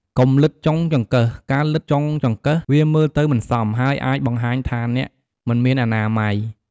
កុំលិទ្ធចុងចង្កឹះ ការលិទ្ធចុងចង្កឹះ វាមើលទៅមិនសម ហើយអាចបង្ហាញថាអ្នកមិនមានអនាម័យ។